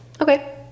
okay